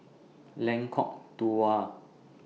Lengkong Dua